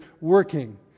working